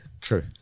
true